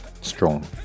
strong